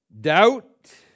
doubt